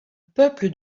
peuple